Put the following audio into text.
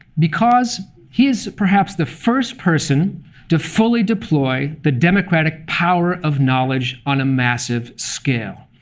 because he is perhaps the first person to fully deploy the democratic power of knowledge on a massive scale.